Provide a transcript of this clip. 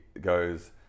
goes